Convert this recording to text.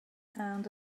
and